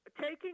taking